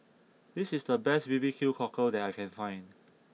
this is the best B B Q Cockle that I can find